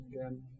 again